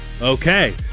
okay